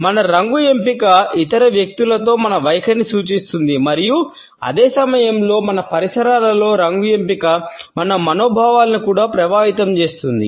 మన రంగు ఎంపిక ఇతర వ్యక్తులతో మన వైఖరిని సూచిస్తుంది మరియు అదే సమయంలో మన పరిసరాలలో రంగు ఎంపిక మన మనోభావాలను కూడా ప్రభావితం చేస్తుంది